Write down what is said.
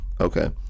okay